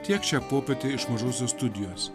tiek šią popietę iš mažosios studijos